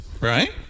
right